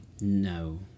No